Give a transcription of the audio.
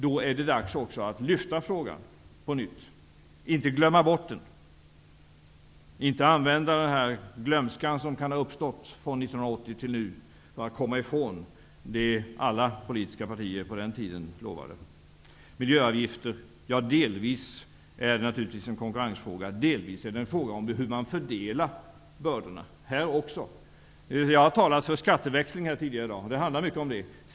Då är det också dags att lyfta frågan på nytt och inte glömma bort den. Vi får inte använda den glömska som kan ha uppstått från 1980 och fram till nu för att komma ifrån det som alla politiska partier på den tiden lovade. Naturligtvis är miljöavgifterna delvis en konkurrensfråga. Delvis är även de en fråga om hur man fördelar bördorna. Det har talats om skatteväxling här tidigare i dag, och det handlar mycket om det.